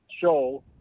show